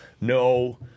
no